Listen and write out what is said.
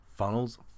Funnels